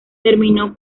terminó